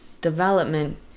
development